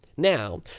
Now